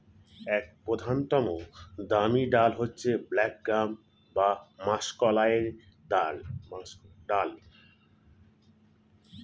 এক প্রধানতম দামি ডাল হচ্ছে ব্ল্যাক গ্রাম বা মাষকলাইয়ের ডাল